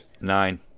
Nine